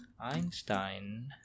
Einstein